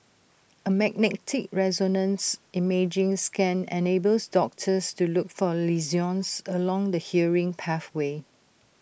A magnetic resonance imaging scan enables doctors to look for lesions along the hearing pathway